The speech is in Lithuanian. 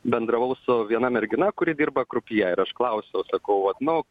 bendravau su viena mergina kuri dirba krupjė ir aš klausiau sakau vat nu